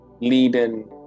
leading